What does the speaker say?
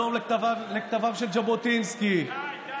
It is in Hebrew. לחזור לכתביו של ז'בוטינסקי,